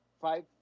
five